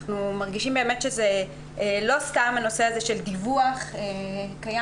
אנחנו מרגישים שלא סתם נושא הדיווח קיים,